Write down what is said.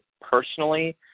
personally